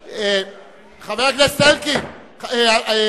נגד, 62, אין נמנעים.